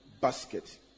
basket